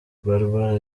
barbara